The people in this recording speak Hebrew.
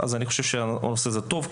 אני חושב שהנושא הזה טוב.